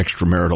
extramarital